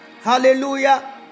hallelujah